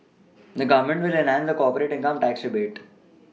the Government will enhance the corporate income tax rebate